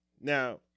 Now